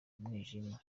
umwijima